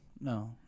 No